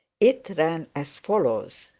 it ran as follows.